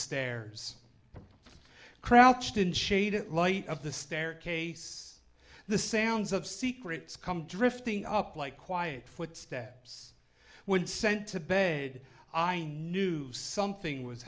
stairs crouched in shaded light of the staircase the sounds of secrets come drifting up like quiet footsteps would send to bed i knew something was